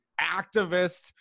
activist